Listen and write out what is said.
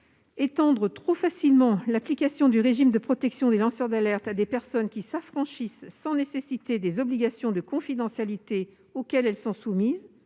Étendre trop facilement l'application du régime de protection des lanceurs d'alerte à des personnes qui s'affranchissent sans nécessité des obligations de confidentialité auxquelles elles sont soumises,